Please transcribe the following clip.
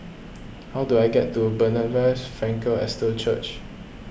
how do I get to Bethesda Frankel Estate Church